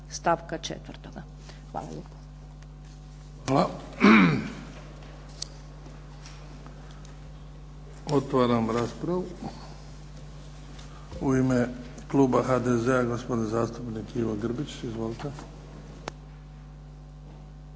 Luka (HDZ)** Hvala. Otvaram raspravu. U ime kluba HDZ-a gospodin zastupnik Ivo Grbić. Izvolite.